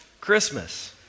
Christmas